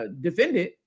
defended